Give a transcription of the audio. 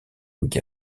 week